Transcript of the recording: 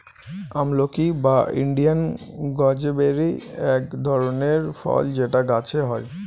আমলকি বা Indian gooseberry এক ধরনের ফল যেটা গাছে হয়